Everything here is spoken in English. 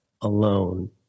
alone